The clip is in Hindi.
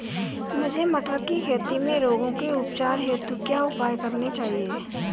मुझे मटर की खेती में रोगों के उपचार हेतु क्या उपाय करने चाहिए?